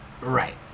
Right